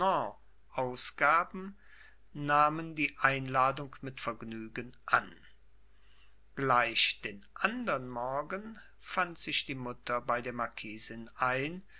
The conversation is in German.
ausgaben nahmen die einladung mit vergnügen an gleich den andern morgen fand sich die mutter bei der marquisin ein